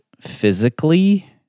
physically